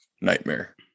nightmare